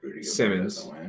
Simmons